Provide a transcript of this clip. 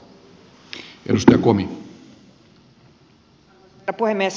herra puhemies